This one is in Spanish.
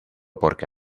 porque